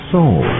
Soul